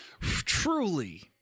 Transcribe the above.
truly